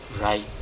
right